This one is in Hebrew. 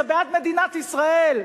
זה בעד מדינת ישראל.